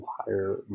entire